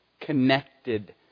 connected